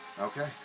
Okay